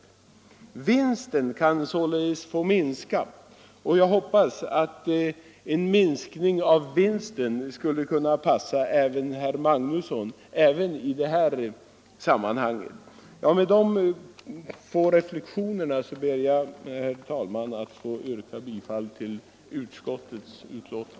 Vinsten kan således få minska, och jag hoppas att en minskning av vinsten skall kunna passa herr Magnusson även i det här sammanhanget. Med dessa få reflexioner ber jag, herr talman, att få yrka bifall till utskottets hemställan.